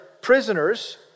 prisoners